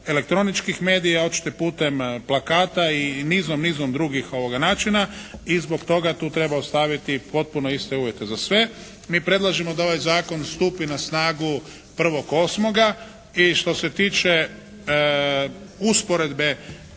elektroničkih medija, hoćete putem plakata i nizom, nizom drugih načina i zbog toga tu treba ostaviti potpuno iste uvjete za sve. Mi predlažemo da ovaj Zakon stupi na snagu 1.8. i što se tiče usporedbe